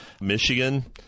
Michigan